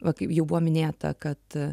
va kaip jau buvo minėta kad